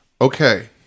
Okay